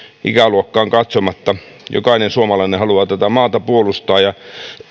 ikäluokkaan katsomatta jokainen suomalainen haluaa tätä maata puolustaa ja